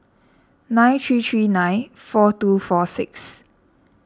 nine three three nine four two four six